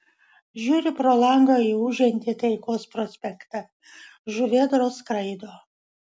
žiūriu pro langą į ūžiantį taikos prospektą žuvėdros skraido